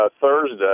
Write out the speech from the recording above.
Thursday